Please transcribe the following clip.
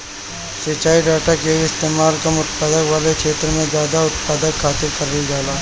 सिंचाई डाटा कअ इस्तेमाल कम उत्पादकता वाला छेत्र में जादा उत्पादकता खातिर करल जाला